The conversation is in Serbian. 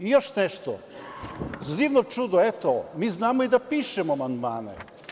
Još nešto, za divno čudo, eto, mi znamo i da pišemo amandmane.